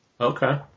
Okay